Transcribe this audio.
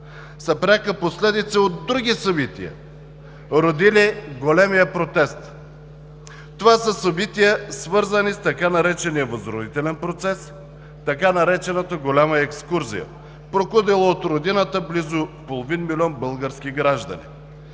пряка последица от други събития, родили големия протест. Това са събития, свързани с така наречения „възродителен процес“, така наречената „голяма екскурзия“, прокудила от родината близо половин милион български граждани.